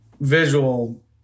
visual